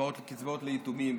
קצבאות ליתומים,